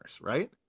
right